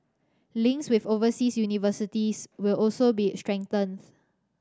links with overseas universities will also be strengthened